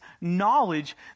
knowledge